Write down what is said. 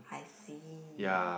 I see